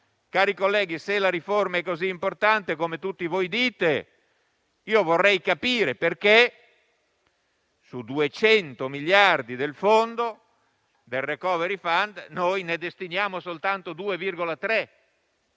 cari colleghi, se la riforma è così importante, come tutti dite, vorrei capire perché, su 200 miliardi del *recovery fund*, ne destiniamo soltanto 2,3 alla